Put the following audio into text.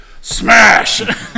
Smash